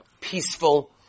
peaceful